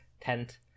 tent